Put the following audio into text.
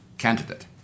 candidate